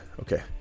okay